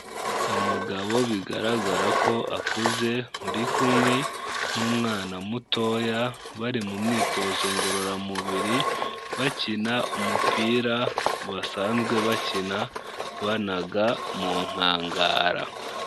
Umugabo bigaragara ko akuze, uri kumwe n'umwana mutoya bari mu myitozo ngororamubiri, bakina umupira basanzwe bakina banaga mu nkangara.